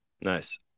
Nice